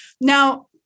Now